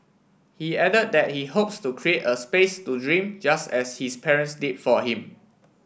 he added that he hopes to create a space to dream just as his parents did for him